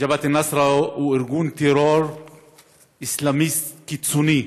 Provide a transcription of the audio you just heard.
ג'בהת א-נוסרה הוא ארגון טרור אסלאמיסטי קיצוני,